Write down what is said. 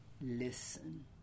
listen